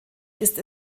ist